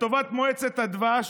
לטובת מועצת הדבש.